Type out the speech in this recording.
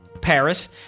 paris